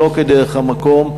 שלא כדרך המקום,